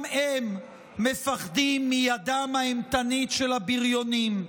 גם הם מפחדים מידם האימתנית של הבריונים.